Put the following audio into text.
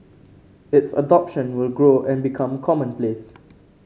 its adoption will grow and become commonplace